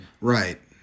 Right